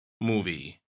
movie